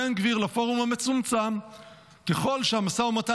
בן גביר לפורום המצומצם --- ככל שהמשא ומתן,